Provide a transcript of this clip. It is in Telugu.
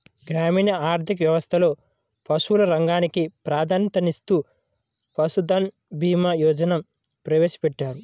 గ్రామీణ ఆర్థిక వ్యవస్థలో పశువుల రంగానికి ప్రాధాన్యతనిస్తూ పశుధన్ భీమా యోజనను ప్రవేశపెట్టారు